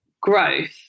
growth